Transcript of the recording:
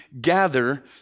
gather